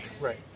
right